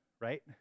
right